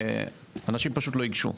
אנשים פשוט לא ייגשו.